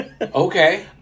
Okay